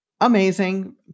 Amazing